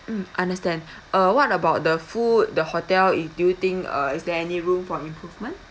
mm understand uh what about the food the hotel it do you think uh is there any room for improvement